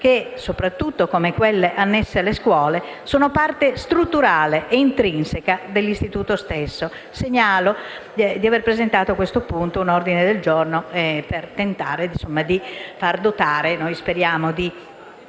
che, soprattutto come quelle annesse alle scuole, sono parte strutturale e intrinseca dell'istituto stesso. Segnalo di aver presentato su questo tema un ordine del giorno per tentare di far dotare gli istituti